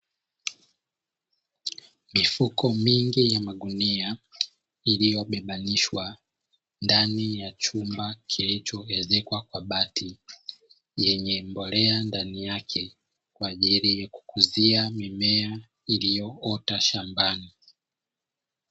Mifuko mingi ya magunia iliyobebanishwa ndani ya chumba kilichoezekwa kwa bati, yenye mbolea ndani yake kwa ajili ya kukuzia mimea iliyoota shambani.